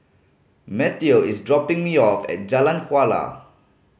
Mateo is dropping me off at Jalan Kuala